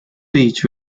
beach